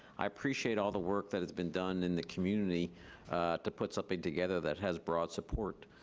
i appreciate all the work that has been done in the community to put something together that has broad support.